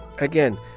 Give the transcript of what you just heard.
Again